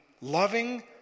loving